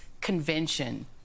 convention